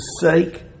sake